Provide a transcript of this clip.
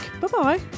Bye-bye